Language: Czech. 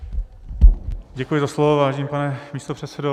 Děkuji za slovo, vážený pane místopředsedo.